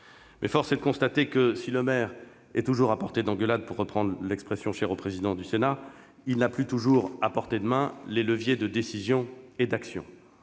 mais force est de constater que, si le maire est toujours « à portée d'engueulade », pour reprendre une expression chère au président du Sénat, il n'a plus toujours, à portée de main, les leviers de décision et d'action.